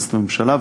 הכנסת והממשלה,